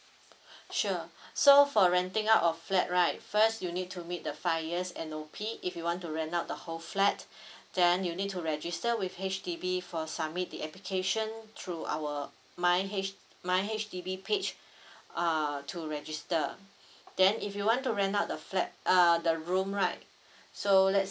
sure so for renting out of flat right first you need to meet the five years M_O_P if you want to rent out the whole flat then you need to register with H_D_B for submit the application through our my H my H_D_B page uh to register then if you want to rent out the flat uh the room right so let's